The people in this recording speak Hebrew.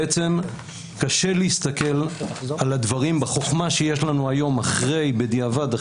שקשה להסתכל על הדברים בחוכמה שיש לנו היום בדיעבד,